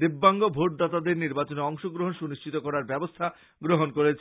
দিব্যাঙ্গ ভোটদাতাদের নির্বাচনে অংশগ্রহণ সুনিশ্চিত করার ব্যবস্থা গ্রহণ করেছে